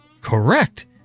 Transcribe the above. correct